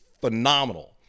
phenomenal